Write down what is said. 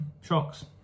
shocks